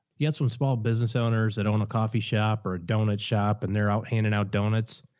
you had some small business owners that own a coffee shop or a donut shop and they're out handing out donuts.